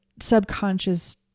subconscious